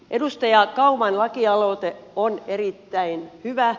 edustaja kauman lakialoite on erittäin hyvä